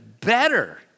better